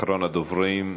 אחרון הדוברים.